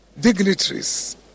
dignitaries